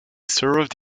served